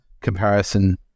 comparison